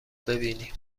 ببینی